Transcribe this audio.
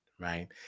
right